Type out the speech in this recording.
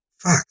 Fuck